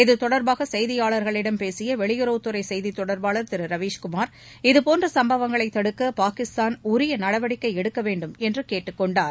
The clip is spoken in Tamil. இது தொடர்பாக செய்தியாளர்களிடம் பேசிய வெளியுறவுத்துறை செய்தித் தொடர்பாளர் திரு ரவீஷ்குமார் இதுபோன்ற சம்பவங்களை தடுக்க பாகிஸ்தான் உரிய நடவடிக்கை எடுக்க வேண்டும் என்று கேட்டுக்கொண்டார்